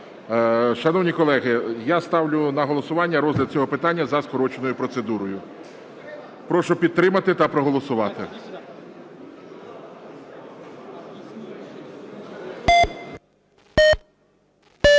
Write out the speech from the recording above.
Шановні колеги, я ставлю на голосування розгляд цього питання за скороченою процедурою. Прошу підтримати та проголосувати.